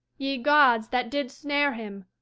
ye gods that did snare him,